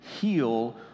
heal